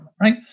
right